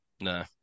No